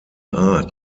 art